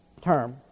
term